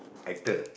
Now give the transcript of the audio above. actor